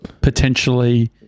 potentially